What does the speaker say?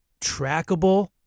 trackable